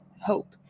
hope